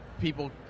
people